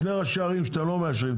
שני ראשי ערים שאתם לא מאשרים,